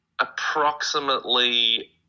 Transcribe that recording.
approximately